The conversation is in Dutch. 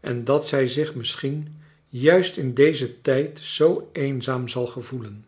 en dat zij zich misschien juist in dezen tijd zoo eenzaam zal gevoelen